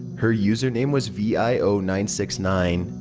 her username was v i o nine six nine.